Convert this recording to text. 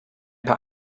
paar